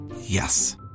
Yes